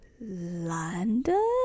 London